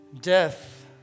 death